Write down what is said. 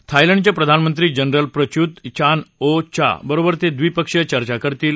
थायलवे प्रधानमजनरल Prayut Chan o cha बरोबर ते द्विपक्षीय चर्चा करतील